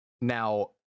Now